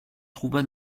trouva